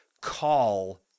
call